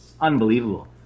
unbelievable